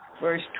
verse